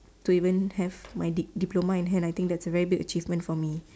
to even have my di~ diploma in hair lighting that's a very big achievement for me